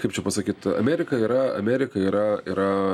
kaip čia pasakyt amerika yra amerika yra yra